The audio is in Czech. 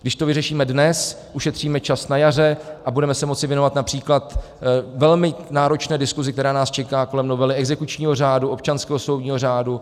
Když to vyřešíme dnes, ušetříme čas na jaře a budeme se moci věnovat například velmi náročné diskuzi, která nás čeká kolem novely exekučního řádu, občanského soudního řádu.